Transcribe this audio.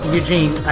Eugene